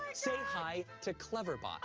say hi to cleverbot. oh,